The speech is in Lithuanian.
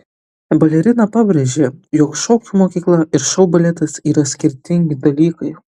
balerina pabrėžė jog šokių mokykla ir šou baletas yra skirtingi dalykai